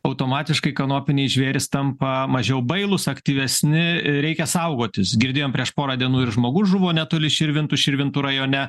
automatiškai kanopiniai žvėrys tampa mažiau bailūs aktyvesni reikia saugotis girdėjom prieš porą dienų ir žmogus žuvo netoli širvintų širvintų rajone